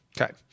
Okay